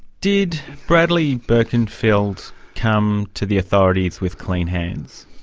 did bradley birkenfeld come to the authorities with clean hands?